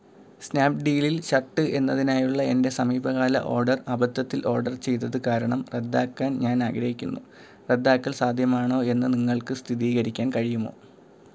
സ്നാപ്ഡീലിൽ shirt എന്നതിനായുള്ള എന്റെ സമീപകാല ഓർഡർ അബദ്ധത്തിൽ ഓർഡർ ചെയ്തത് കാരണം റദ്ദാക്കാൻ ഞാൻ ആഗ്രഹിക്കുന്നു റദ്ദാക്കൽ സാധ്യമാണോ എന്ന് നിങ്ങൾക്ക് സ്ഥിതീകരിക്കാൻ കഴിയുമോ